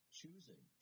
choosing